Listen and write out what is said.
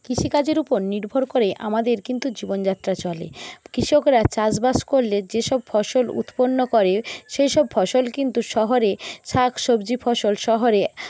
কৃষিকাজের উপর নির্ভর করে আমাদের কিন্তু জীবনযাত্রা চলে কৃষকরা চাষবাস করলে যে সব ফসল উৎপন্ন করে সেই সব ফসল কিন্তু শহরে শাক সবজি ফসল শহরে